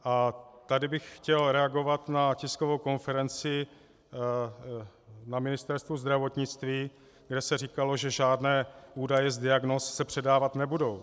A tady bych chtěl reagovat na tiskovou konferenci na Ministerstvu zdravotnictví, kde se říkalo, že žádné údaje z diagnóz se předávat nebudou.